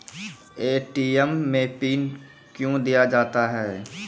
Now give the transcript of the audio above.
ATM मे PIN कयो दिया जाता हैं?